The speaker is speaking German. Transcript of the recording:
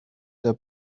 der